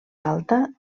alta